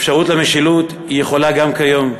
אפשרות למשילות יכולה להיות גם כיום,